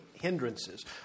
hindrances